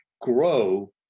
grow